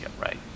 right